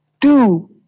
two